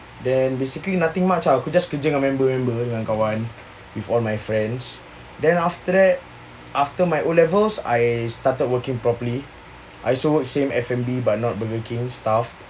then basically nothing much ah aku just kerja dengan members dengan kawan-kawan with all my friends then after that after my O levels I started working properly I also work same F&B but not burger king staff